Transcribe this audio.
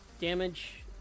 damage